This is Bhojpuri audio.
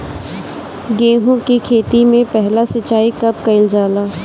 गेहू के खेती मे पहला सिंचाई कब कईल जाला?